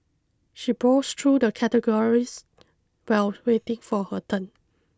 she browsed through the categories while waiting for her turn